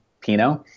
Pinot